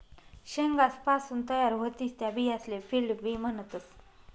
शेंगासपासून तयार व्हतीस त्या बियासले फील्ड बी म्हणतस